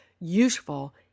useful